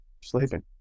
Sleeping